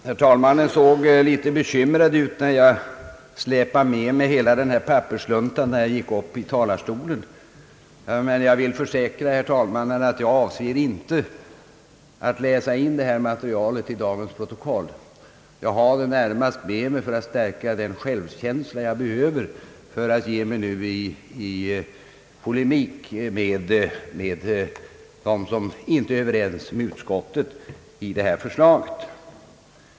Herr talmannen såg litet bekymrad ut när jag släpade med mig hela denna papperslunta upp i talarstolen. Jag vill dock försäkra herr talmannen att jag inte avser att läsa in detta material i dagens protokoll. Jag har det närmast med mig för att stärka den självkänsla jag behöver för att ge mig i polemik med dem som inte är överens med utskottet i detta förslag.